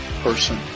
person